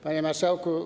Panie Marszałku!